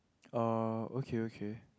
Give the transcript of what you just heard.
orh okay okay